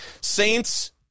Saints